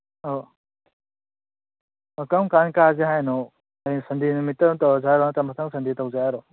ꯑꯣ ꯑꯣ ꯀꯔꯝ ꯀꯥꯟ ꯀꯥꯁꯤ ꯍꯥꯏꯅꯣ ꯍꯌꯦꯡ ꯁꯟꯗꯦ ꯅꯨꯃꯤꯠꯇ ꯑꯣꯏ ꯇꯧꯔꯁꯦ ꯍꯥꯏꯔꯣ ꯅꯠꯇ꯭ꯔ ꯃꯊꯪ ꯁꯟꯗꯦꯗ ꯑꯣꯏ ꯇꯧꯁꯦ ꯍꯥꯏꯔꯣ